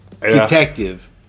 detective